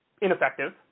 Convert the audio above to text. ineffective